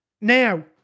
Now